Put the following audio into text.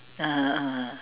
(uh huh) (uh huh)